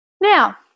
Now